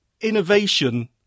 innovation